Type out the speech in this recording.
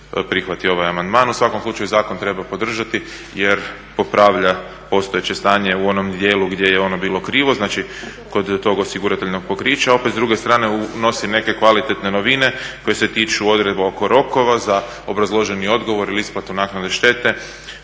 prihvati ovaj amandman. U svakom slučaju zakon treba podržati, jer popravlja postojeće stanje u onom dijelu gdje je ono bilo krivo. Znači, kod tog osigurateljnog pokrića. A opet s druge strane unosi neke kvalitetne novine koje se tiču odredba oko rokova za obrazloženi odgovor ili isplatu naknade štete,